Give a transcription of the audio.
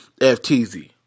FTZ